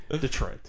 Detroit